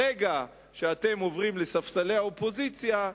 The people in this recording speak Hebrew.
ברגע שאתם עוברים לספסלי האופוזיציה,